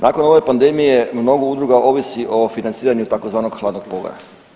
Nakon ove pandemije mnogo udruga ovisi o financiranju tzv. hladnog pogona.